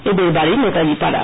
এদের বাড়ি নেতাজী পাড়া